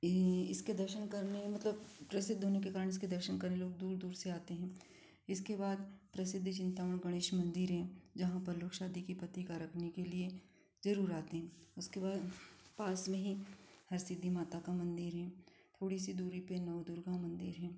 इसके दर्शन करने मतलब प्रसिद्ध होने के कारण इसके दर्शन कर लोग दूर दूर से आते हैं इसके बाद प्रसिद्ध चिंतामण गणेश मंदिर है जहाँ पर लोग शादी की पत्रिका रखने के लिए ज़रूर आते हैं उसके बाद पास में ही हरसिद्धी माता का मंदिर है थोड़ी सी दूरी पे नवदुर्गा मंदिर है